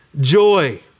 joy